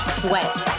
sweat